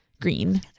Green